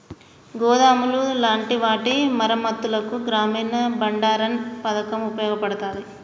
గోదాములు లాంటి వాటి మరమ్మత్తులకు గ్రామీన బండారన్ పతకం ఉపయోగపడతాది